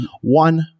One